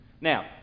Now